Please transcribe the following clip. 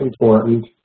important